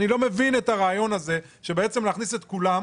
אני לא מבין את הרעיון הזה של בעצם להכניס את כולם.